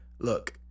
look